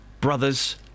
..brother's